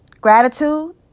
Gratitude